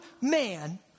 man